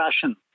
fashion